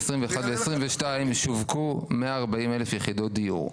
ב-2021 וב-2022 שווקו 140 אלף יחידות דיור,